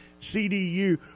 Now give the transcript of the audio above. CDU